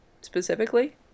specifically